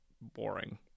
boring